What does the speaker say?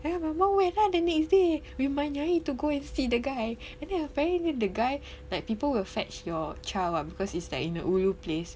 and then my mum went down the next day with my nyai to go and see the guy and then apparently the guy like people will fetch your child what cause it's like in a ulu place